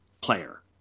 player